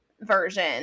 version